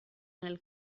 nel